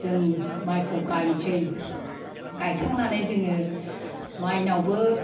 जों माइखौ गाइसै गाइखांनानै जोङो माइनावबो